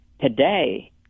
Today